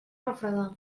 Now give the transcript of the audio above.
refredar